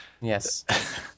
Yes